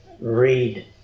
read